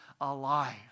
alive